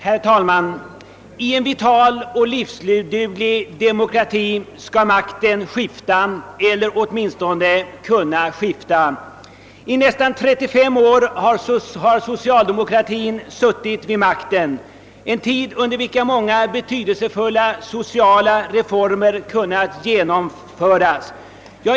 Herr talman! I en vital och livsduglig demokrati skall makten skifta eller åtminstone kunna skifta. I nästan 35 år har socialdemokratin suttit vid makten, en tid under vilken många betydelsefulla sociala reformer kunnat genomföras.